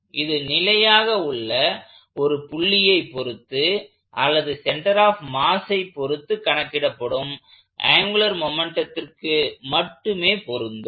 இது நிலையாக உள்ள ஒரு புள்ளியை பொருத்து அல்லது சென்டர் ஆப் மாஸை பொருத்து கணக்கிடப்படும் ஆங்குலர் மொமெண்ட்டத்திற்கு மட்டுமே பொருந்தும்